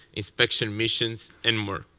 inspection missions and more.